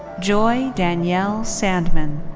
joy danielle sandmann.